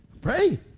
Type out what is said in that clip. pray